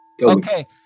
Okay